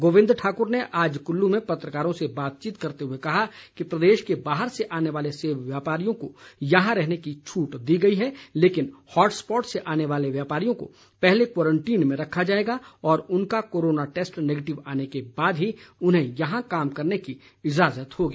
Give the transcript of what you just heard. गोविंद ठाक्र ने आज कल्लू में पत्रकारों से बातचीत करते हुए कहा कि प्रदेश के बाहर से आने वाले सेब व्यापारियों को यहां रहने की छूट दी गई है लेकिन हॉट स्पॉट से आने वाले व्यापारियों को पहले क्वारंटीन में रखा जाएगा और उनका कोरोना टैस्ट नैगेटिव आने के बाद ही उन्हें यहां काम करने की इज़ाजत होगी